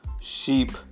Sheep